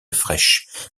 fraîche